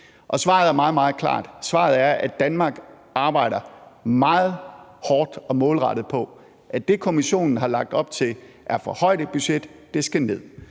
Svaret er meget, meget klart: Danmark arbejder meget hårdt og målrettet på, at det, Kommissionen har lagt op til, er for højt et budget, og at det